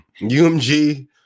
Umg